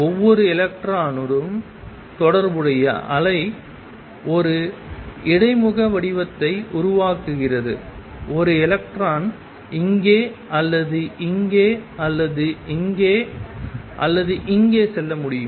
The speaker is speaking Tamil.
ஒவ்வொரு எலக்ட்ரானுடனும் தொடர்புடைய அலை ஒரு இடைமுக வடிவத்தை உருவாக்குகிறது ஒரு எலக்ட்ரான் இங்கே அல்லது இங்கே அல்லது இங்கே அல்லது இங்கே செல்ல முடியும்